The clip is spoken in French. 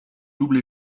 double